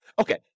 Okay